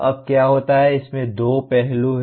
अब क्या होता है इसमें दो पहलू हैं